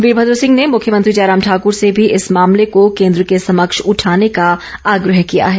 वीरमद्र सिंह ने मुख्यमंत्री जयराम ठाकर से भी इस मामले को केंद्र के समक्ष उठाने का आग्रह किया है